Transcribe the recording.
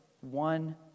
one